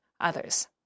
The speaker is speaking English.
others